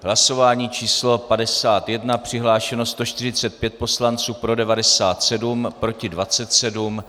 Hlasování číslo 51, přihlášeno 145 poslanců, pro 97, proti 27.